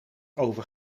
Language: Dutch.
over